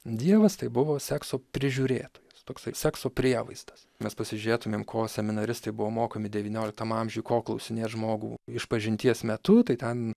dievas tai buvo sekso prižiūrėtojas toksai sekso prievaizdas mes pasižiūrėtumėm ko seminaristai buvo mokomi devynioliktam amžiui ko klausinėt žmogų išpažinties metu tai ten